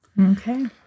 Okay